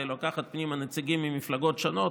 ולוקחת פנימה נציגים ממפלגות שונות.